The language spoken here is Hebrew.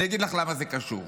אני אגיד לך למה זה קשור,